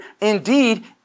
indeed